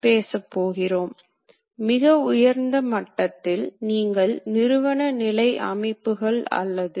பெரும்பாலும் DC இயக்கிகள் DC மற்றும் BLDC இயக்கிகள்தூரிகை இல்லாத டி